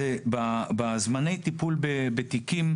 בזמני הטיפול בתיקים,